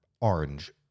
orange